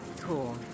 Cool